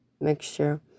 mixture